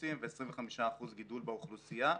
באוטובוסים ו-25% גידול באוכלוסייה.